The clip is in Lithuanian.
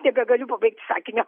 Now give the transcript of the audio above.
nebegaliu pabaigt sakinio